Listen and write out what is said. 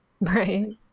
Right